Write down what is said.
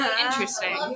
Interesting